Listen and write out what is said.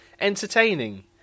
entertaining